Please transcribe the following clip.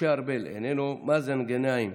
משה ארבל, איננו, מאזן גנאים,